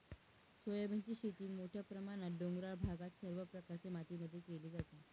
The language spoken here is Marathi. सोयाबीनची शेती मोठ्या प्रमाणात डोंगराळ भागात सर्व प्रकारच्या मातीमध्ये केली जाते